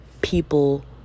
people